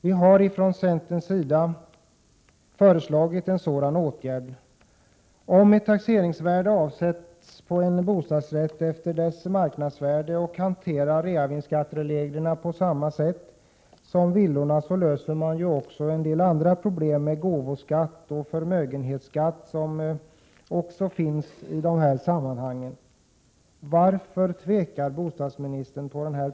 Vi har från centerns sida föreslagit en sådan åtgärd. Om ett taxeringsvärde åsätts en bostadsrätt motsvarande dess marknadsvärde och om reavinstsskattereglerna tillämpas på samma sätt som för villorna, löser man också en del andra problem med t.ex. gåvoskatt och förmögenhetsskatt, som också finns i detta sammanhang. Varför tvekar bostadsministern?